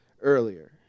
earlier